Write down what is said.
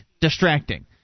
distracting